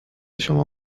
شما